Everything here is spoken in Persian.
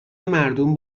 مردم